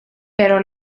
pero